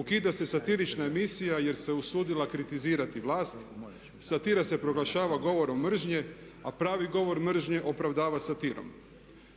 Ukida se satirična emisija jer se usudila kritizirati vlast, satira se proglašava govorom mržnje, a pravi govor mržnje opravdava satirom.